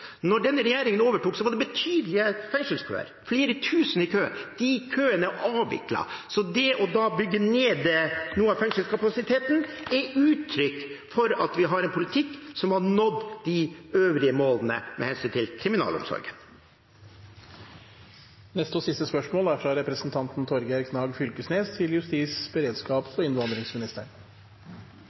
denne regjeringen overtok, var det betydelige fengselskøer – flere tusen sto i kø. De køene er avviklet. Så det å bygge ned noe av fengselskapasiteten er et uttrykk for at vi har en politikk som har nådd de øvrige målene med hensyn til kriminalomsorgen.